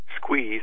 squeeze